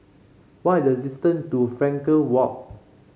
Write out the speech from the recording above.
what is the distant to Frankel Walk